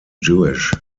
jewish